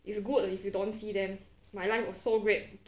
it's good if you don't see them my life was so great